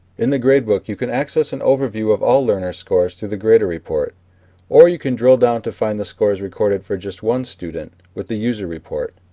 in the gradebook, you can access an overview of all learners' scores through the grader report or you can drill down to find scores recorded for just one student with the user report.